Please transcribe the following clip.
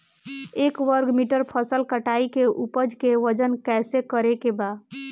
एक वर्ग मीटर फसल कटाई के उपज के वजन कैसे करे के बा?